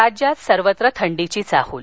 राज्यात सर्वत्र थंडीची चाहल